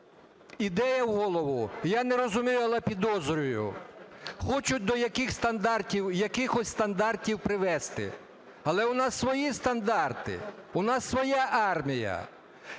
ідея в голову, я не розумію, але підозрюю. Хочуть до якихось стандартів привести. Але у нас свої стандарти, у нас своя армія.